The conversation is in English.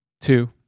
two